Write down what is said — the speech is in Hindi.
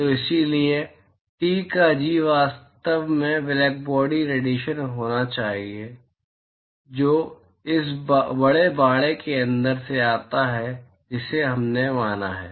तो इसलिए T का G वास्तव में ब्लैकबॉडी रेडिएशन होना चाहिए जो इस बड़े बाड़े के अंदर से आता है जिसे हमने माना है